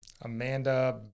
amanda